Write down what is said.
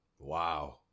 Wow